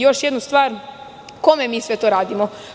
Još jednu stvar, kome mi sve to radimo?